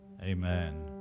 amen